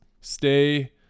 stay